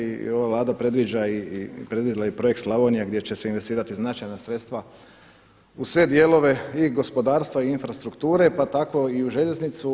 I ova Vlada predvidila je i projekt Slavonija gdje će se investirati značajna sredstva u sve dijelove i gospodarstva i infrastrukture, pa tako i u željeznicu.